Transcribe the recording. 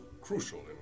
crucial